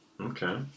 okay